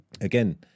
again